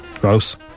Gross